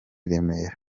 remera